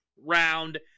round